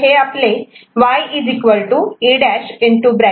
तर हे आपले Y E'